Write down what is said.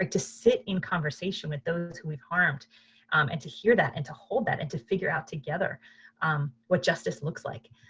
like to sit in conversation with those who we've harmed and to hear that and to hold that and to figure out together what justice looks like.